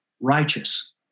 righteous